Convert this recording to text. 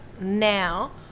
now